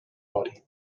body